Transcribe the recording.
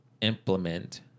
implement